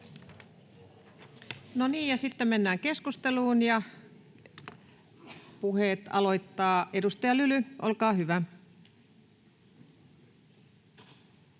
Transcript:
sitten mennään keskusteluun. Puheet aloittaa edustaja Lyly. — Olkaa hyvä.